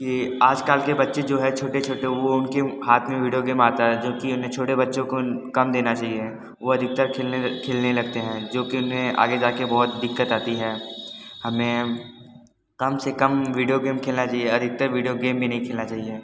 के आजकाल के बच्चे जो है छोटे छोटे वो उनके हाथ में विडियो गेम आता है जो कि उन्हें छोटे बच्चो को कम देना चहिए वो अधिकतर खेलने लगते हैं जो कि उन्हें आगे जाके बहोत दिक्कत आती है हमें कम से कम विडियो गेम खेलना चहिए अधिकतर विडियो गेम भी नहीं खेलना चाहिए